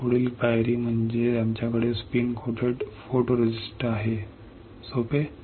पुढील पायरी म्हणजे आमच्याकडे स्पिन लेपित फोटोरेसिस्ट योग्य सोपे आहे